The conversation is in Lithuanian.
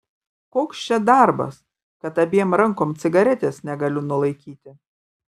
koks čia darbas kad abiem rankom cigaretės negaliu nulaikyti